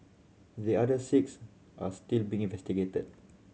the other six are still being investigated